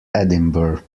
edinburgh